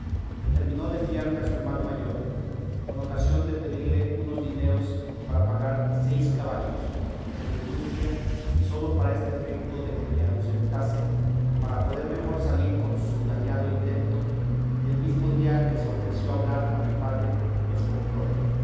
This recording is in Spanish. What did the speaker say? determinó de enviarme a su hermano mayor con ocasión de pedirle unos dineros para pagar seis caballos que de industria y sólo para este efeto de que me ausentase para poder mejor salir con su dañado intento el mesmo día que se ofreció hablar a mi padre los compró